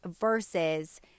versus